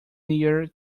near